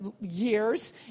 years